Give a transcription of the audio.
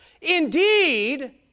indeed